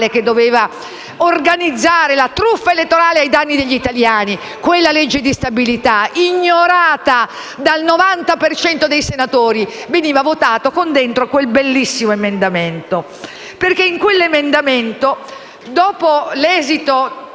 Grazie a tutte